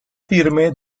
firme